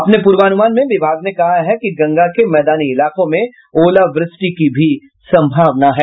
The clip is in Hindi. अपने पूर्वानुमान में विभाग ने कहा है कि गंगा के मैदानी इलाकों में ओलावृष्टि की भी सम्भावना है